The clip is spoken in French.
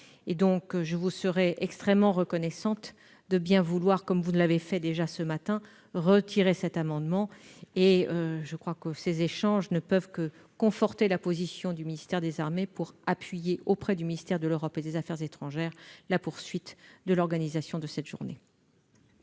Je vous serais donc extrêmement reconnaissante de bien vouloir, comme vous l'avez fait ce matin, retirer cet amendement. Nos échanges ne peuvent que conforter la position du ministère des armées pour appuyer, auprès du ministère des affaires étrangères, la poursuite de l'organisation de cette journée.